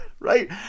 Right